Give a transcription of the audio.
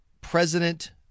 President